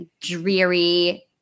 dreary